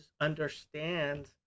understand